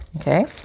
okay